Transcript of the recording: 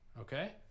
Okay